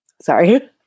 Sorry